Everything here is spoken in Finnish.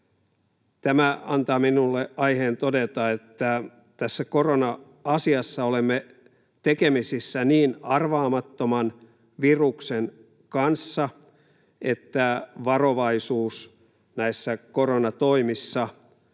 Tämä antaa minulle aiheen todeta, että tässä korona-asiassa olemme tekemisissä niin arvaamattoman viruksen kanssa, että varovaisuus näissä koronatoimissa